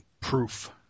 Proof